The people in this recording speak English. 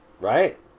Right